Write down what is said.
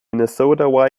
minnesota